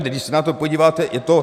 Když se na to podíváte, je to...